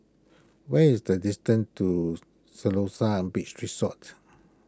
what is the distance to Siloso Beach Resort